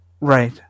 Right